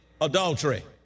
adultery